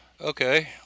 Okay